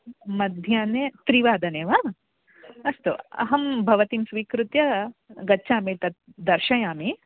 मध्याह्ने त्रिवादने वा अस्तु अहं भवतीं स्वीकृत्य गच्छामि तत् दर्शयामि